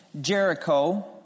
Jericho